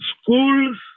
Schools